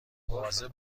مواظب